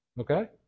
Okay